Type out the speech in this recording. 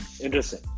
Interesting